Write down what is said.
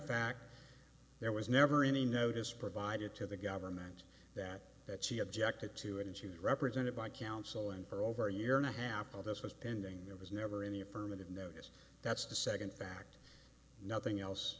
fact there was never any notice provided to the government that that she objected to it and she was represented by counsel and for over a year and a half of this was pending there was never in the affirmative no yes that's the second fact nothing else